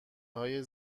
های